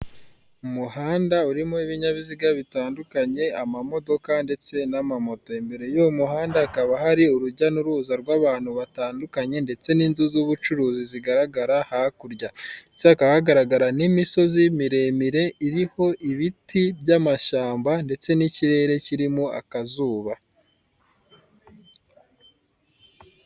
Umuhanda urimo ibinyabiziga bitandukanye amamodoka ndetse n'amamoto, imbere y'uwo muhanda hakaba hari urujya n'uruza rw'abantu batandukanye ndetse n'inzu z'ubucuruzi zigaragara hakurya, ndetse hakaba hagaragara n'imisozi miremire iriho ibiti by'amashyamba ndetse n'ikirere kirimo akazuba.